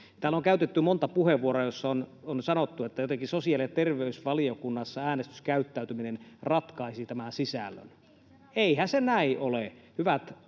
Täällä on käytetty monta puheenvuoroa, joissa on sanottu, että jotenkin sosiaali‑ ja terveysvaliokunnassa äänestyskäyttäytyminen ratkaisi tämän sisällön. Eihän se näin ole, hyvät